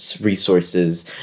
resources